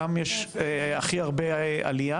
גם יש הכי הרבה עלייה,